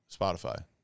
Spotify